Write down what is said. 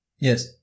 Yes